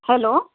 hello